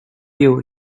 you